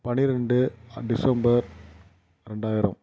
பன்னிரெண்டு டிசம்பர் ரெண்டாயிரம்